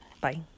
Bye